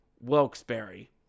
Wilkes-Barre